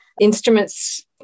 instruments